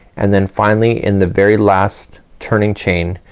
and then finally in the very last turning chain,